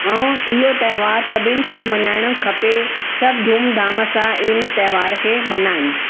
ऐं इहो तहिवार सभिनि खे मनाइणो खपे सभु धूमधाम सां इन तहिवार खे मनाइनि